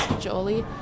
Jolie